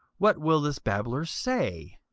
what will this babbler say?